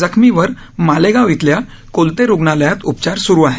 जखमीवर मालेगाव इथल्या कोलते रुग्णालयात उपचार स्रु आहेत